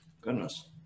Goodness